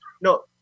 No